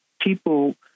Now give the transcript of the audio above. people